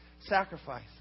Sacrifice